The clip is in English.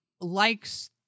likes